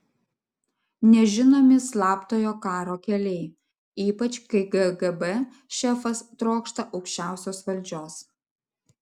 nežinomi slaptojo karo keliai ypač kai kgb šefas trokšta aukščiausios valdžios